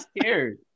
scared